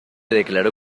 declaró